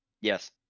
Yes